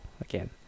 again